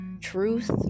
truth